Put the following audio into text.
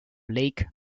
lake